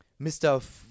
Mr